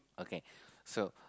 okay so